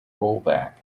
rollback